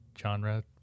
genre